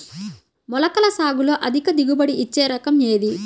మొలకల సాగులో అధిక దిగుబడి ఇచ్చే రకం ఏది?